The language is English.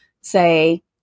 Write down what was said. say